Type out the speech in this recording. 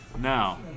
Now